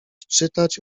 czytać